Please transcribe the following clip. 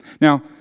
Now